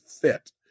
fit